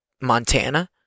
Montana